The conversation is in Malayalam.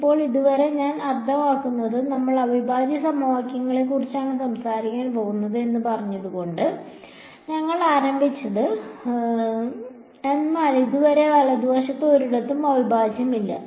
ഇപ്പോൾ ഇതുവരെ ഞാൻ അർത്ഥമാക്കുന്നത് നമ്മൾ അവിഭാജ്യ സമവാക്യങ്ങളെക്കുറിച്ചാണ് സംസാരിക്കാൻ പോകുന്നത് എന്ന് പറഞ്ഞുകൊണ്ടാണ് ഞങ്ങൾ ആരംഭിച്ചത് എന്നാൽ ഇതുവരെ വലതുവശത്ത് ഒരിടത്തും അവിഭാജ്യമില്ല